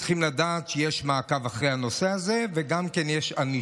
הם צריכים לדעת שיש מעקב אחרי הנושא הזה ויש גם ענישה.